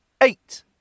Eight